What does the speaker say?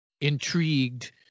intrigued